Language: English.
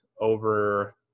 over